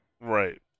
Right